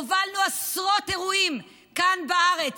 הובלנו עשרות אירועים כאן בארץ,